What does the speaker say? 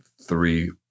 three